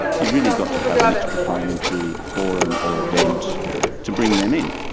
you've really got to have an extra parliamentary forum or event to bring them in.